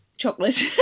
Chocolate